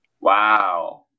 Wow